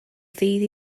ddydd